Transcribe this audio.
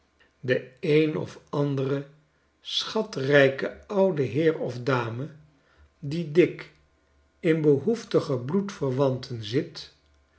de een of andere schatrijke oude heer of dame die dik in behoeftige bloedverwanten zit